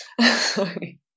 sorry